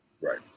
Right